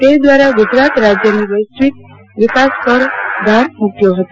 તે દવારા ગજરાત રાજયની વૈશ્વિક વિકાસ કરવા પર ભાર મુકયો હતો